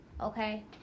Okay